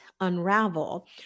unravel